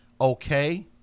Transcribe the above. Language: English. okay